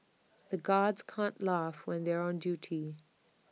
the guards can't laugh when they are on duty